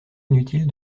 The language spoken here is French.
inutile